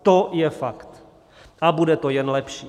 To je fakt a bude to jen lepší.